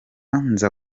nza